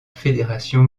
fédération